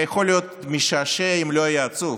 יכול היה להיות משעשע אם זה לא היה עצוב,